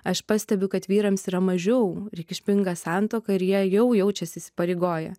aš pastebiu kad vyrams yra mažiau reikšminga santuoka ir jie jau jaučiasi įsipareigoję